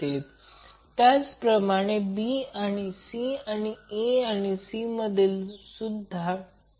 तर हे प्रत्यक्षात या सर्किटसाठी याचा अर्थ लक्षात ठेवणे आवश्यक आहे या प्रकारच्या सर्किटसाठी RL√R g 2 j x g 2mod g असेल